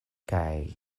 kaj